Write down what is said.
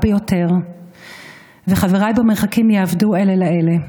ביותר וחבריי במרחקים יאבדו אלה לאלה,